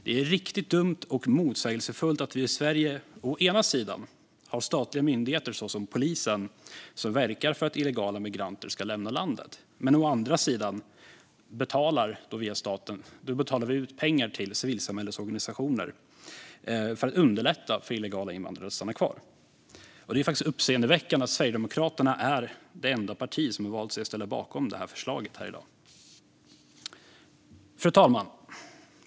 Det är riktigt dumt och motsägelsefullt att vi i Sverige å ena sidan har statliga myndigheter som polisen som verkar för att illegala migranter ska lämna landet, men å andra sidan via staten betalar ut pengar till civilsamhällesorganisationer för att underlätta för illegala invandrare att stanna kvar. Det är faktiskt uppseendeväckande att Sverigedemokraterna är det enda parti som har valt att ställa sig bakom detta förslag i dag. Fru talman!